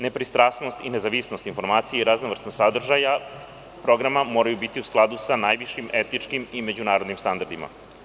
Nepristrasnost i nezavisnost informacija i raznovrsnost sadržaja programa moraju biti u skladu sa najvišim etičkim i međunarodnim standardima.